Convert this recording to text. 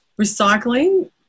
recycling